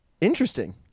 Interesting